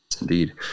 Indeed